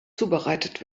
zubereitet